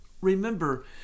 Remember